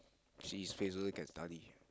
see his face also can study